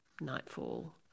nightfall